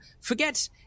forget